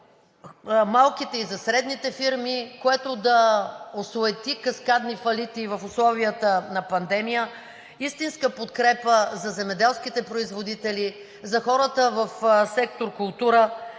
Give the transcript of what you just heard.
малките и за средните фирми, което да осуети каскадни фалити в условията на пандемия, истинска подкрепа за земеделските производители, за хората в сектор „Култура“,